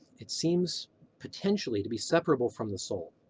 it seems potentially to be separable from the soul.